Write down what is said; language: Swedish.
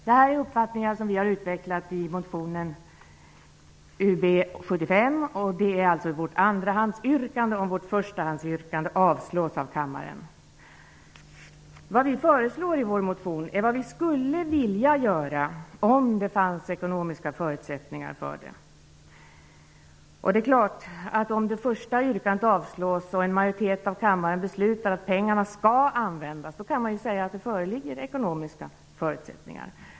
Denna uppfattning har vi utvecklat i motionen Ub75. Det är alltså vårt andrahandsyrkande, om vårt förstahandsyrkande avslås av kammaren. Vi föreslår i vår motion vad vi skulle vilja göra om det fanns ekonomiska förutsättningar. Om det första yrkandet avslås, och en majoritet av kammaren beslutar att pengarna skall användas, kan man säga att det föreligger ekonomiska förutsättningar.